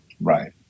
Right